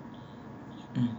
mm